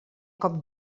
cop